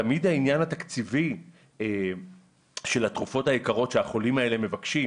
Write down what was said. תמיד העניין התקציבי של התרופות היקרות שהחולים האלה מבקשים,